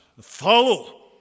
follow